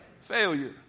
failure